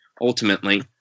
ultimately